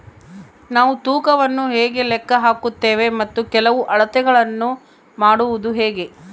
ನಾವು ತೂಕವನ್ನು ಹೇಗೆ ಲೆಕ್ಕ ಹಾಕುತ್ತೇವೆ ಮತ್ತು ಕೆಲವು ಅಳತೆಗಳನ್ನು ಮಾಡುವುದು ಹೇಗೆ?